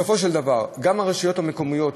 בסופו של דבר גם הרשויות המקומיות